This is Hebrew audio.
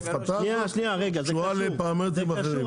ההפחתה קשורה לפרמטרים אחרים.